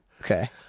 okay